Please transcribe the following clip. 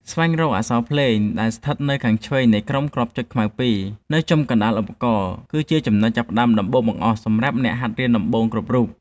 ស្វែងរកអក្សរភ្លេងដែលស្ថិតនៅខាងឆ្វេងនៃក្រុមគ្រាប់ចុចខ្មៅពីរនៅចំកណ្តាលឧបករណ៍គឺជាចំណុចចាប់ផ្តើមដំបូងបង្អស់សម្រាប់អ្នកហាត់រៀនដំបូងគ្រប់រូប។